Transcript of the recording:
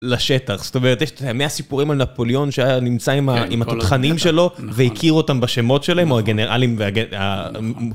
לשטח, זאת אומרת, מהסיפורים על נפוליון שהיה נמצא עם התותחנים שלו והכיר אותם בשמות שלהם או הגנרלים.